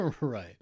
Right